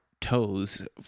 toes